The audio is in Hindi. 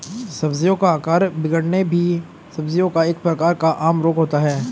सब्जियों का आकार बिगड़ना भी सब्जियों का एक प्रकार का आम रोग होता है